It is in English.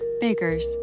Baker's